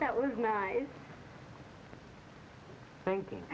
that was nice thinking